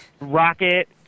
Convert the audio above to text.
Rocket